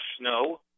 snow